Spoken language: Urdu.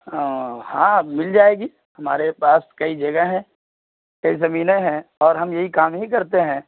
ہاں ہاں مل جائے گی ہمارے پاس کئی جگہ ہے کئی زمینیں ہیں اور ہم یہی کام ہی کرتے ہیں